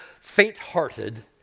faint-hearted